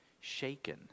shaken